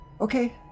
Okay